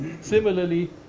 Similarly